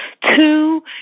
Two